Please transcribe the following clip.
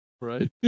Right